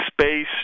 space